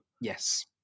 Yes